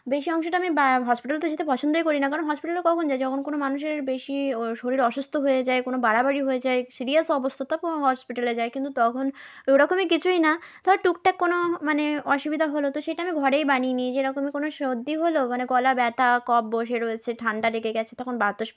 বেশি অংশটা আমি বা হসপিটালে তো যেতে পছন্দই করি না কারণ হসপিটালে কখন যায় যখন কোনো মানুষের বেশি শরীর অসুস্থ হয়ে যায় কোনো বাড়াবাড়ি হয়ে যায় সিরিয়াস অবস্থা তখন হসপিটালে যায় কিন্তু তখন ঐরকমই কিছুই না ধরো টুকটাক কোনো মানে অসুবিধা হল তো সেটা আমি ঘরেই বানিয়ে নিই যেরকমই কোনো সর্দি হল মানে গলা ব্যথা কফ বসে রয়েছে ঠান্ডা লেগে গেছে তখন বাতাস